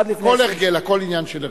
עד לפני 20, הכול הרגל, הכול עניין של הרגל.